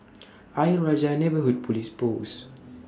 Ayer Rajah Neighbourhood Police Post